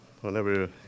whenever